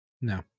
No